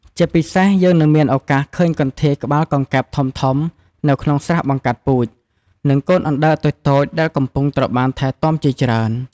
ជាពិសេសយើងនឹងមានឱកាសឃើញកន្ធាយក្បាលកង្កែបធំៗនៅក្នុងស្រះបង្កាត់ពូជ និងកូនអណ្ដើកតូចៗដែលកំពុងត្រូវបានថែទាំជាច្រើន ។